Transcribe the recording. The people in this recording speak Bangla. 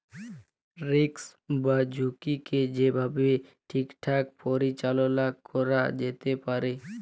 রিস্ক বা ঝুঁকিকে যে ভাবে ঠিকঠাক পরিচাললা ক্যরা যেতে পারে